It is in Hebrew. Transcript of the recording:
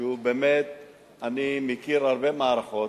שהוא באמת, אני מכיר הרבה מערכות,